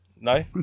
No